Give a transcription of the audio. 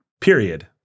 Period